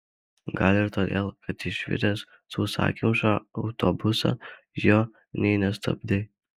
gal ir todėl kad išvydęs sausakimšą autobusą jo nė nestabdei